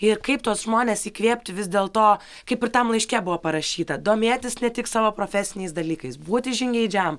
ir kaip tuos žmones įkvėpti vis dėlto kaip ir tam laiške buvo parašyta domėtis ne tik savo profesiniais dalykais būti žingeidžiam